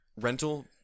rental